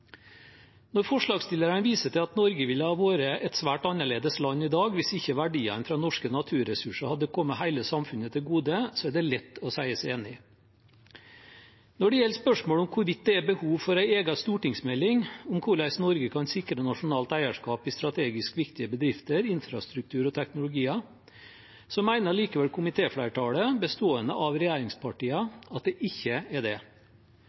Når forslagsstillerne viser til at Norge ville vært et svært annerledes land i dag hvis ikke verdiene fra norske naturressurser hadde kommet hele samfunnet til gode, er det lett å si seg enig. Når det gjelder spørsmålet om hvorvidt det er behov for en egen stortingsmelding om hvordan Norge kan sikre nasjonalt eierskap i strategisk viktige bedrifter, infrastruktur og teknologier, mener likevel komitéflertallet, bestående av regjeringspartiene, at det ikke er det.